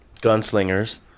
Gunslingers